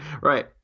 Right